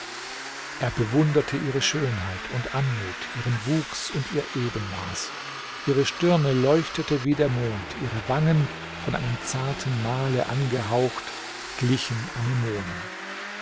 er bewunderte ihre schönheit und anmut ihren wuchs und ihr ebenmaß ihre stirne leuchtete wie der mond ihre wangen von einem zarten male angehaucht glichen anemonen